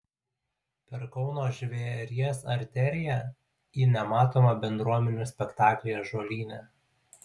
per kauno žvėries arteriją į nematomą bendruomenių spektaklį ąžuolyne